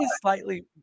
slightly